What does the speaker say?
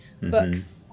books